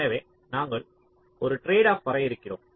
எனவே நாங்கள் ஒரு ட்ரேட்ஆப் வரையறுக்கிறோம்